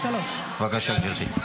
בבקשה, גברתי.